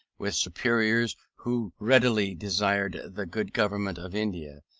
with superiors who really desired the good government of india,